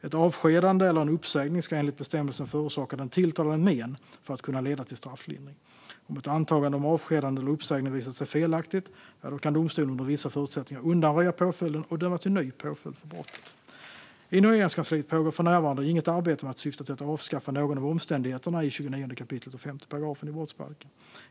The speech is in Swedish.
Ett avskedande eller en uppsägning ska enligt bestämmelsen förorsaka den tilltalade men för att kunna leda till strafflindring. Om ett antagande om avskedande eller uppsägning visat sig felaktigt kan domstolen under vissa förutsättningar undanröja påföljden och döma till ny påföljd för brottet. Inom Regeringskansliet pågår för närvarande inget arbete som syftar till att avskaffa någon av omständigheterna i 29 kap. 5 § brottsbalken.